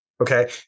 Okay